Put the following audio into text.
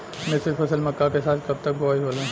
मिश्रित फसल मक्का के साथ कब तक बुआई होला?